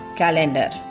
calendar